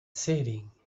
sitting